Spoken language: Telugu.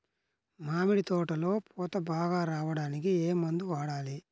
మామిడి తోటలో పూత బాగా రావడానికి ఏ మందు వాడాలి?